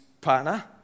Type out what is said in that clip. partner